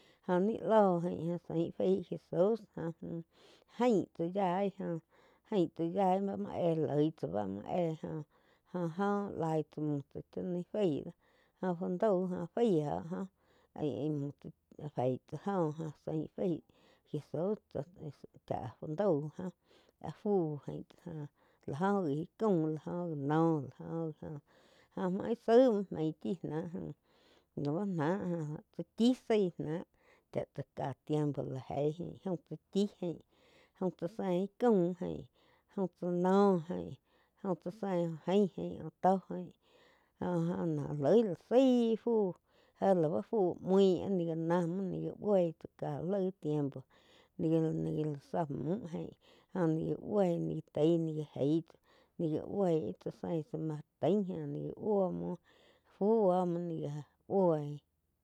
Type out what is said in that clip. Jóh ni lóh jaín záin faí jesus óh jaín tsá yaí áin tsá yaí bá múo éh loi tsáh bá muo éh góh-goh laíg tsá muh chá cháh naí faí do óh fu daú jo fái óh íh-íh féi tsá joh óh sein faí jesus tsa mu chá fu dau jóh áh fu gain láh joh gi íh caum láoh gi noh la oh gi oh lau íh zaig muo main chí náh laú náh joh tsá chí zái náh chá tsá ká tiempo la eig jaum tsá chí jain jaúm tsá sein íh caúm jain jaúm tsá noh jain jaúm tsá zein úh jain aín úh tó jain jo-jo no loi láh zaí fuh. Jé lau fu mui ní gá náh muo ni gá bui tsá ká laig tiempo ni-ni gá la záh müh jaín óh ni já buí ni gá tain ni já gaí óh ni gá bui tain gai tsá ní gá búo tsá sein san martin jó ni já búo muo fu oh muo ni gá búi.